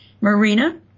Marina